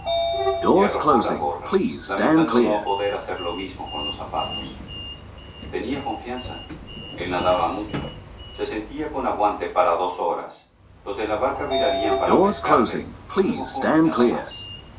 y arrojó la gorra lamentando no poder hacer lo mismo con los zapatos tenía confianza él nadaba mucho se sentía con aguante para dos horas los de la barca virarían para pescarle un remojón y nada más